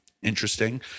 Interesting